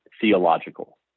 theological